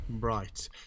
Right